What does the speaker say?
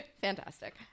Fantastic